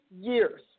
years